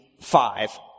five